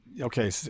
Okay